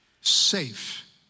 Safe